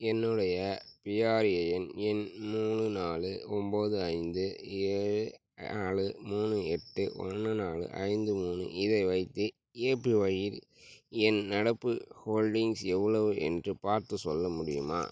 என்னுடைய பிஆர்ஏஎன் எண் மூணு நாலு ஒன்பது ஐந்து ஏழு நாலு மூணு எட்டு ஒன்று நாலு ஐந்து மூணு இதை வைத்து ஏபிஒய் யில் என் நடப்பு ஹோல்டிங்ஸ் எவ்வளவு என்று பார்த்துச் சொல்ல முடியுமா